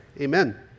Amen